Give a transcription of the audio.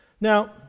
Now